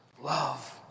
love